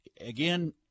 again –